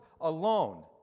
alone